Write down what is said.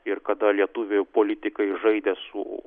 ir kada lietuvių politikai žaidė su